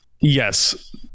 yes